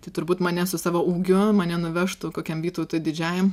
tai turbūt mane su savo ūgiu mane nuvežtų kokiam vytautui didžiajam